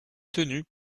tenu